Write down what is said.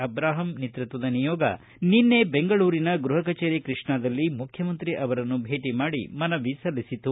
Abraham ನೇತೃತ್ವದ ನಿಯೋಗ ನಿನ್ನೆ ಬೆಂಗಳೂರಿನ ಗೃಹ ಕಚೇರಿ ಕೃಷ್ಣಾದಲ್ಲಿ ಮುಖ್ಯಮಂತ್ರಿ ಅವರನ್ನು ಭೇಟಿ ಮಾಡಿ ಮನವಿ ಸಲ್ಲಿಸಿತು